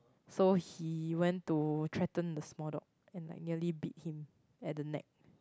so he went to threaten the small dog and like nearly bit him at the neck